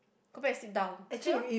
go back and sit down okay lor